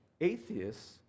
Atheists